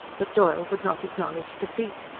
but doyle would not acknowledge defeat.